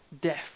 death